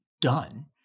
done